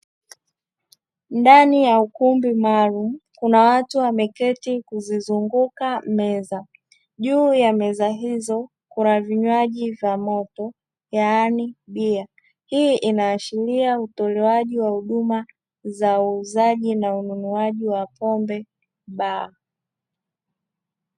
Ndani ya ukumbi maalumu kuna watu wameketi kuzizunguka meza, juu ya meza hizo kuna vinywaji vya moto yaani bia, hii inaashiria utoalewaji wa huduma za uuzaji na ununuaji wa pombe baa.